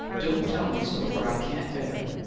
don't tell me so, for i can't bear it!